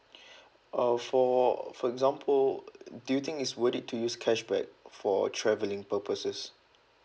uh for for example do you think it's worth it to use cashback for travelling purposes